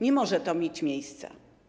Nie może to mieć miejsca.